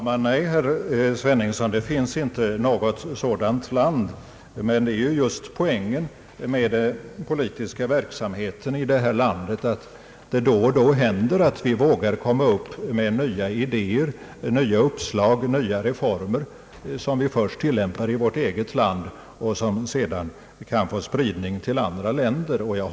Herr talman! Nej, herr Sveningsson, det finns inget sådant land — det är riktigt. Men poängen med den politiska verksamheten i vårt land är just att det då och då händer att vi vågar komma upp med nya idéer, nya uppslag och nya reformer, som vi först tillämpar i vårt eget land och som sedan kan få spridning till andra länder.